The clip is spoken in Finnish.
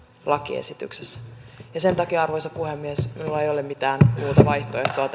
lakiesityksessä sen takia arvoisa puhemies minulla ei ole tässä kohtaa mitään muuta vaihtoehtoa